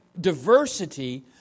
Diversity